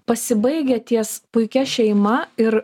pasibaigia ties puikia šeima ir